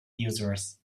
users